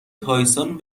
تایسون